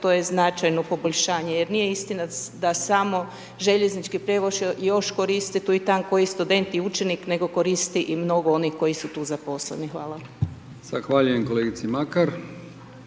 to je značajno poboljšanje jer nije istina da samo željeznički prijevoz još koristi tu i tam koji student i učenike, nego koristi i mnogo onih koji su tu zaposleni. Hvala.